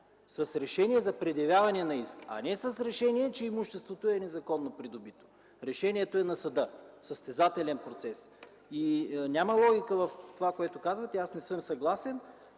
С решение за предявяване на иск, а не с решение, че имуществото е незаконно придобито! Решението е на съда в състезателен процес. Няма логика в това, което казвате – аз не съм съгласен.